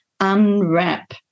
unwrap